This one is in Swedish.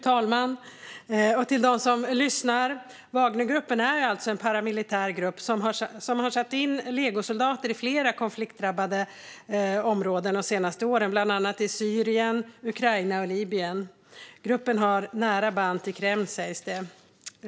Wagnergruppen är alltså, fru talman, en paramilitär grupp som har satt in legosoldater i flera konfliktdrabbade områden de senaste åren, bland annat i Syrien, Ukraina och Libyen. Det sägs att gruppen har nära band till Kreml.